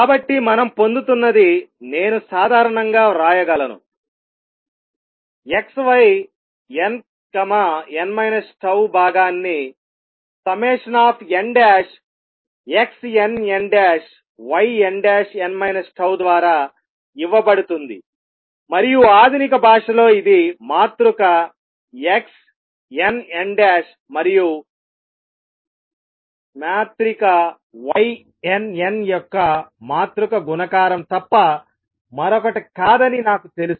కాబట్టి మనం పొందుతున్నది నేను సాధారణంగా వ్రాయగలను X Y nn τ భాగాన్ని nXnnYnn τ ద్వారా ఇవ్వబడుతుంది మరియు ఆధునిక భాషలో ఇది మాతృక Xn n' మరియు Yn n యొక్క మాతృక గుణకారం తప్ప మరొకటి కాదని నాకు తెలుసు